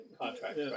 contract